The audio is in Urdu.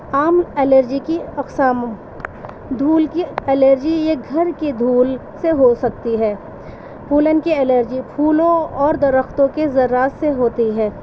عام الرجی کی اقسام دھول کی الرجی یہ گھر کے دھول سے ہو سکتی ہے پھولن کی الرجی پھولوں اور درختوں کے ذرات سے ہوتی ہے